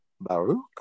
Baruch